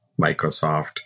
Microsoft